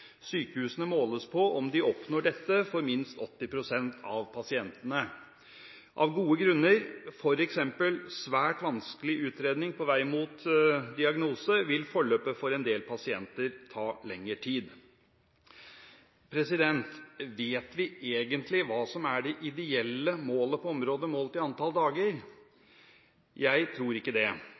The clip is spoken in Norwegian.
Sykehusene måles på om de oppnår dette for minst 80 pst. av pasientene. Av gode grunner, f.eks. svært vanskelig utredning på vei mot diagnose, vil forløpet for en del pasienter ta lengre tid. Vet vi egentlig hva som er det ideelle målet på området, målt i antall dager? Jeg tror ikke det.